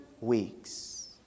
weeks